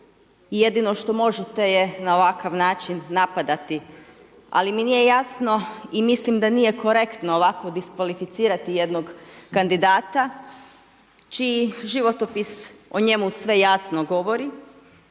jedino što možete je na ovakav način napadati, ali mi nije jasno i mislim da nije korektno ovako diskvalificirati jednog kandidata, čiji životopis o njemu sve jasno govori,